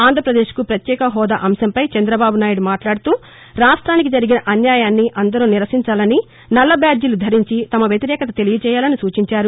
ఆంధ్రదేశ్కు ప్రత్యేక హోదా అంశంపై చంద్రబాబు నాయుడు మాట్లాడుతూ రాష్టానికి జరిగిన అన్యాయాన్ని అందరూ నిరసించాలని నల్ల బ్యాక్టీలు ధరించి తమ వ్యతిరేకత తెలియజేయాలని సూచించారు